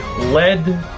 lead